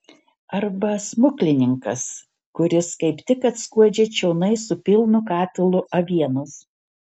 arba smuklininkas kuris kaip tik atskuodžia čionai su pilnu katilu avienos